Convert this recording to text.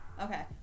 Okay